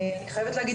אני חייבת להגיד,